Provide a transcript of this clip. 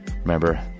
Remember